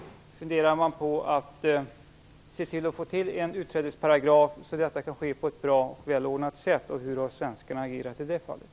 Funderar man över att införa en utträdesparagraf så att detta kan ske på ett bra och välordnat sätt? Hur har svenskarna agerat i det fallet?